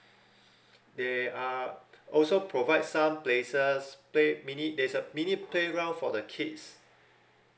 they are also provide some places play mini there's a mini playground for the kids